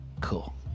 cool